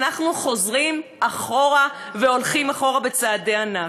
אנחנו חוזרים אחורה והולכים אחורה בצעדי ענק.